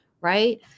Right